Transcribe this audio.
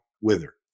wither